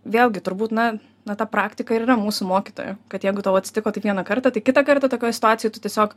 vėlgi turbūt na na ta praktika ir yra mūsų mokytoja kad jeigu tau atsitiko taip vieną kartą tai kitą kartą tokioj situacijoj tu tiesiog